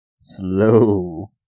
slow